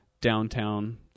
downtown